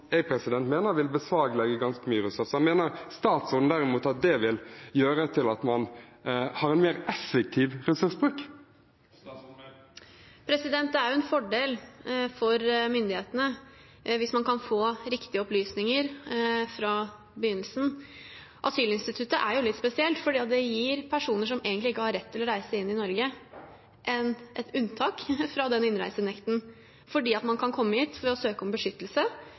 jeg mener vil beslaglegge ganske mye ressurser, derimot vil gjøre at man har en mer effektiv ressursbruk? Det er jo en fordel for myndighetene hvis man kan få riktige opplysninger fra begynnelsen. Asylinstituttet er litt spesielt, for det gir personer som egentlig ikke har rett til å reise inn i Norge, et unntak fra den innreisenekten fordi man kan komme hit ved å søke om beskyttelse